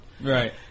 Right